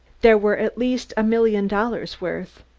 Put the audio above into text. there were at least a million dollars' worth.